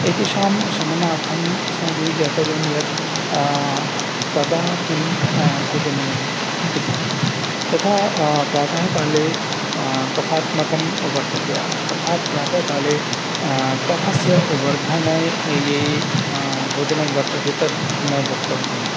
एतेषां शमनार्थम् अस्माभिः ज्ञातव्यं यत् कदा किं भोजनीयं इति यथा प्रातःकाले कफात्मकं वर्तते अर्थात् प्रातःकाले कफस्य वर्धने ये भोजनं वर्तते तद् न भोक्तव्यम्